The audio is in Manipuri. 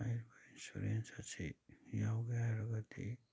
ꯍꯥꯏꯔꯤꯕ ꯏꯟꯁꯨꯔꯦꯟꯁ ꯑꯁꯤ ꯌꯥꯎꯒꯦ ꯍꯥꯏꯔꯒꯗꯤ